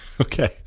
Okay